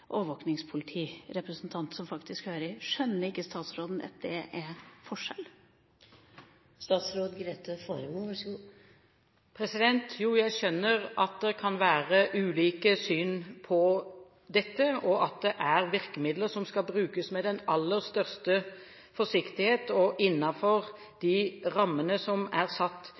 er det faktisk en representant fra overvåkingspolitiet som hører. Skjønner ikke statsråden at det er en forskjell? Jo, jeg skjønner at det kan være ulike syn på dette, og at dette er virkemidler som skal brukes med den aller største forsiktighet og innenfor lovmessige rammer. Man må ikke glemme at dette kun kan brukes i tilfeller hvor det er